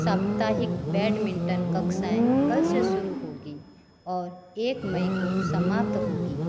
साप्ताहिक बैडमिंटन कक्षाएँ कल से शुरू होगी और एक मई को समाप्त होगी